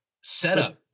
setup